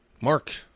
Mark